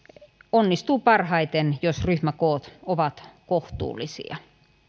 onnistuu parhaiten jos ryhmäkoot ovat kohtuullisia